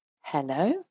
hello